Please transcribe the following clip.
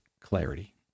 clarity